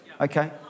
Okay